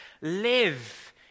Live